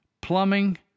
plumbing